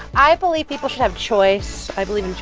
i believe people should have choice. i believe